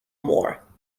more